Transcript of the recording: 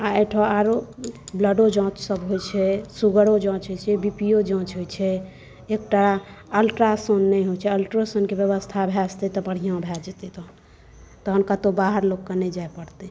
आ एहिठाम आओरो ब्लडो जाँचसभ होइत छै शुगरो जाँच होइत छै बी पी ओ जाँच होइत छै एकटा अल्ट्रासाउण्ड नहि होइत छै अल्ट्रोसाउण्डके व्यवस्था भए जेतै तऽ बढ़िआँ भए जेतै तहन तहन कतहु बाहर लोककेँ नहि जाए पड़तै